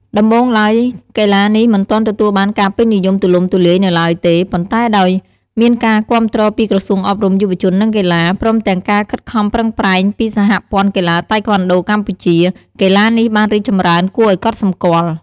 ដំបូងឡើយ កីឡានេះមិនទាន់ទទួលបានការពេញនិយមទូលំទូលាយនៅឡើយទេ ប៉ុន្តែដោយមានការគាំទ្រពីក្រសួងអប់រំ យុវជន និងកីឡា ព្រមទាំងការខិតខំប្រឹងប្រែងពីសហព័ន្ធកីឡាតៃក្វាន់ដូកម្ពុជា កីឡានេះបានរីកចម្រើនគួរឱ្យកត់សម្គាល់។